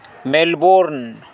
Melbourne